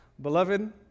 Beloved